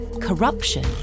corruption